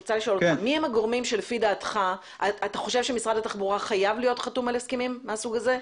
אתה חושב שמשרד התחבורה חייב להיות חתום על הסכמים מהסוג הזה?